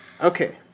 Okay